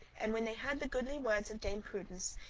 and when they heard the goodly words of dame prudence,